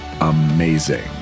amazing